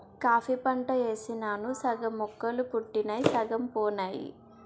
coffee పంట యేసినాను సగం మొక్కలు పుట్టినయ్ సగం పోనాయి